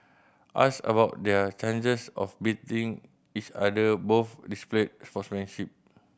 asked about their chances of beating each other both displayed sportsmanship